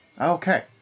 Okay